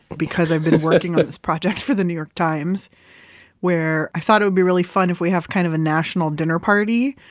because i've been working on this project for the new york times where i thought it would be really fun if we have kind of a national dinner party,